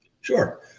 Sure